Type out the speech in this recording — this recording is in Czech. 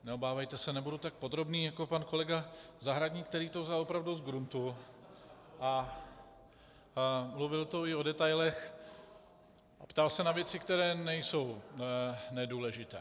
Neobávejte se, nebudu tak podrobný jako pan kolega Zahradník, který to vzal opravdu z gruntu a mluvil tu i o detailech, ptal se na věci, které nejsou nedůležité.